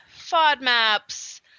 FODMAPs